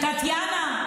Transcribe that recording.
טטיאנה,